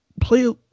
play –